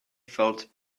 felt